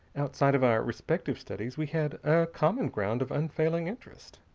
outside of our respective studies, we had a common ground of unfailing interest.